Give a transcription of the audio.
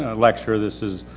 ah lecture. this has,